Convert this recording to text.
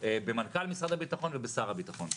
במנכ"ל משרד הביטחון ובשר הביטחון.